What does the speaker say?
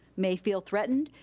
may feel threatened,